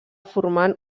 formant